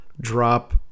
drop